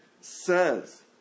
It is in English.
says